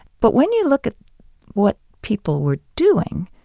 but when you look at what people were doing,